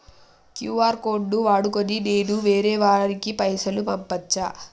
QR code ను వాడుకొని నేను వేరే వారికి పైసలు పంపచ్చా?